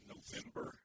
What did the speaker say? November